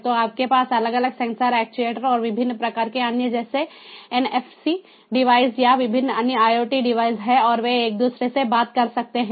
तो आपके पास अलग अलग सेंसर एक्ट्यूएटर और विभिन्न प्रकार के अन्य जैसे एनएफसी डिवाइस या विभिन्न अन्य IoT डिवाइस हैं और वे एक दूसरे से बात करते हैं